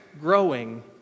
growing